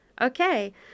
Okay